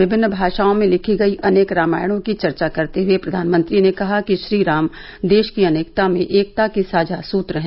विभिन्न भाषाओं में लिखी गई अनेक रामायणों की चर्चा करते हुए प्रधानमंत्री ने कहा कि श्रीराम देश की अनेकता में एकता के साझा सूत्र हैं